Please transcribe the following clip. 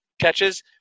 catches